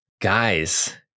Guys